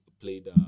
played